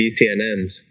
BCNMs